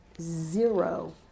zero